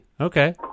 Okay